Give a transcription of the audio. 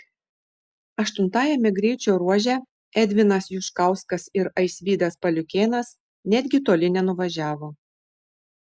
aštuntajame greičio ruože edvinas juškauskas ir aisvydas paliukėnas netgi toli nenuvažiavo